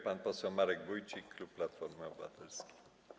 Pan poseł Marek Wójcik, klub Platforma Obywatelska.